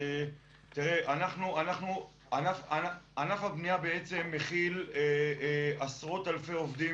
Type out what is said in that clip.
ענף הבנייה מכיל עשרות אלפי עובדים,